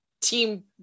Team